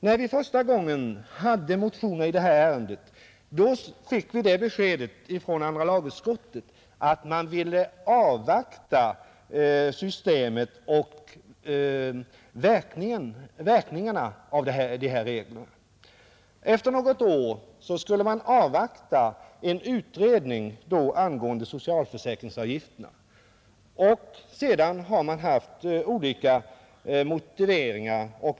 När vi första gången väckte motioner i ärendet fick vi det beskedet från andra lagutskottet att man ville avvakta verkningarna av de här reglerna. Efter något år skulle man i stället avvakta en utredning angående socialförsäkringsavgifterna, och sedan har man haft olika motiveringar.